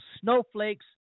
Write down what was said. snowflakes